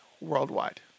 worldwide